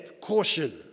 Caution